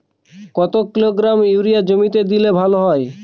কত kilogram urea জমিতে দিলে ভালো হয়?